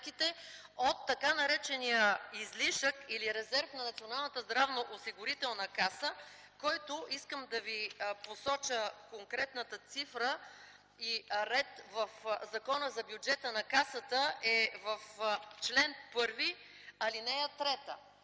от така наречения излишък или резерв на Националната здравноосигурителна каса, който - искам да Ви посоча конкретната цифра и ред в Закона за бюджета на Касата, е в чл. 1, ал. 3.